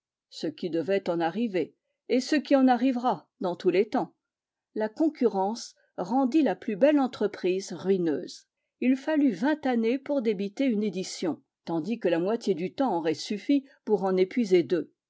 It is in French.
ce qui devait en arriver et ce qui en arrivera dans tous les temps la concurrence rendit la plus belle entreprise ruineuse il fallut vingt années pour débiter une édition tandis que la moitié du temps aurait suffi pour en épuiser deux